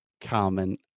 common